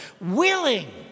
willing